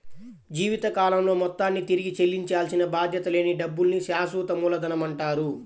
జీవితకాలంలో మొత్తాన్ని తిరిగి చెల్లించాల్సిన బాధ్యత లేని డబ్బుల్ని శాశ్వత మూలధనమంటారు